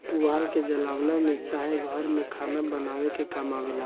पुआल के जलावन में चाहे घर में खाना बनावे के काम आवेला